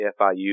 FIU